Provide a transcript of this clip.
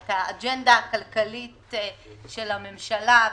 את האג'נדה הכלכלית של הממשלה,